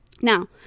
Now